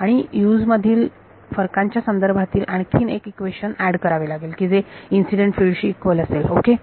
आणि Us मधील फरकांच्या संदर्भातील आणखीन एक इक्वेशन एड करावे लागेल की जे इन्सिडेंट फिल्ड शी इक्वल असेल ओके